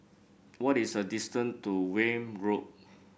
what is the distance to Welm Road